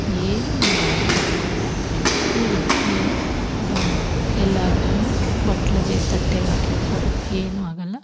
ಏನು ನೀನು ಭಯ ಪಟ್ಕೊಂಬೇಡ ನಡಿ ನೀನು ಬಾ ಎಲ್ಲಾರ್ಗುನು ಬಟ್ಲಿಗೆ ತಟ್ಟೆಗೆ ಹಾಕಿ ಕೊಡು ಏನು ಆಗಲ್ಲ